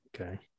Okay